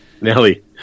Nelly